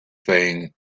thing